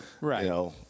Right